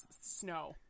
snow